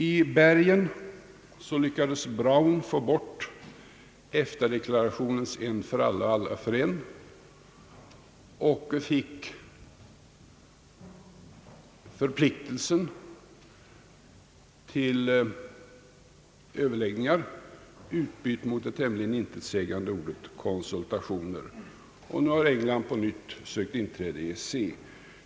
I Bergen lyckades Brown få bort EFTA-deklarationens »en för alla och alla för en» och fick förpliktelsen till överläggningar i utbyte mot det tämligen intetsägande ordet »konsultationer». Och nu har England på nytt sökt inträde i EEC.